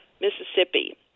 Mississippi